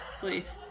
please